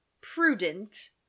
prudent